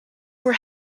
were